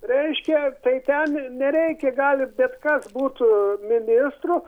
reiškia tai ten nereikia gali bet kas būt ministru